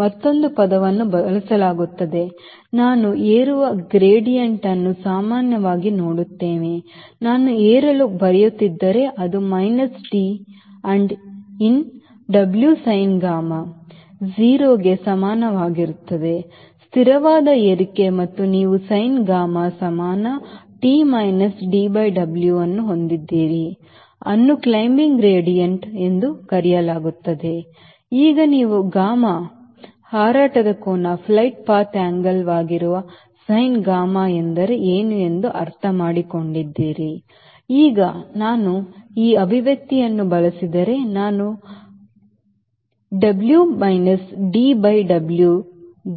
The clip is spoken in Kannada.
ಮತ್ತೊಂದು ಪದವನ್ನು ಬಳಸಲಾಗುತ್ತಿದೆ ನಾನು ಏರುವ ಗ್ರೇಡಿಯಂಟ್ ಅನ್ನು ಸಾಮಾನ್ಯವಾಗಿ ನೋಡುತ್ತೇನೆ ನಾನು ಏರಲು ಬರೆಯುತ್ತಿದ್ದರೆ ಅದು minus D and in W sin gamma 0 ಕ್ಕೆ ಸಮನಾಗಿರುತ್ತದೆ ಸ್ಥಿರವಾದ ಏರಿಕೆಗೆ ಮತ್ತು ನೀವು sin gamma ಸಮಾನ T minus D by W ಅನ್ನು ಹೊಂದಿದ್ದೀರಿ ಅನ್ನು ಕ್ಲೈಂಬಿಂಗ್ ಗ್ರೇಡಿಯಂಟ್ ಎಂದು ಕರೆಯಲಾಗುತ್ತದೆ ಈಗ ನೀವು gammaಹಾರಾಟದ ಕೋನ ವಾಗಿರುವ sin gammaಎಂದರೆ ಏನು ಎಂದು ಅರ್ಥಮಾಡಿಕೊಂಡಿದ್ದೀರಿ ಈಗ ನಾನು ಈ ಅಭಿವ್ಯಕ್ತಿಯನ್ನು ಬಳಸಿದರೆ ನಾನು by W minus D by W